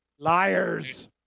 liars